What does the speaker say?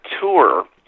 tour